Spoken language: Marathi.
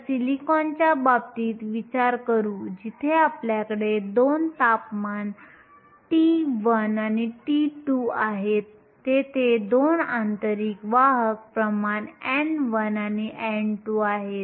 तर सिलिकॉनच्या बाबतीत विचार करू जिथे आपल्याकडे 2 तापमान T1 आणि T2 आहेत आणि तेथे 2 आंतरिक वाहक प्रमाण n1 आणि n2 आहेत